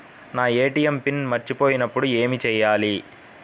నా ATM PIN మర్చిపోయినప్పుడు ఏమి చేయాలి?